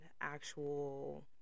actual